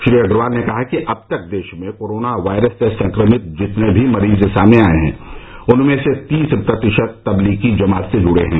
श्री अग्रवाल ने बताया कि अब तक देश में कोरोना वायरस से संक्रमित जितने भी मरीज सामने आए हैं उनमें से तीस प्रतिशत तब्लीगी जमात से जुड़े हैं